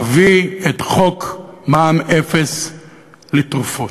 אביא את חוק מע"מ אפס לתרופות.